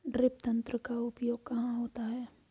Drip तंत्र का उपयोग कहाँ होता है?